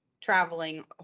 traveling